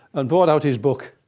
and brought out his book